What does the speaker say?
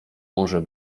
może